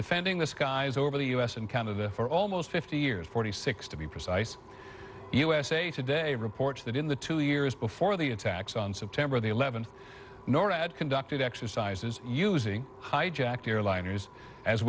defending the skies over the u s and canada for almost fifty years forty six to be precise usa today reports that in the two years before the attacks on september the eleventh norad conducted exercises using hijacked airliners as